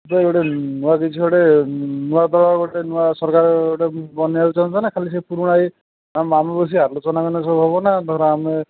ଗୋଟେ ନୂଆ କିଛି ଗୋଟେ ନୂଆ ଦଳ ଗୋଟେ ନୂଆ ସରକାର ଗୋଟେ ବନେଇବାକୁ ଚାଁହୁଛ ନା ଖାଲି ସେ ପୁରୁଣା ଆମେ ବସି ଆଲୋଚନା କଲେ ହେବ ନା ଧର ଆମେ